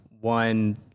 one